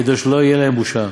כדי שלא יהיה להם בושה.